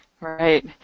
Right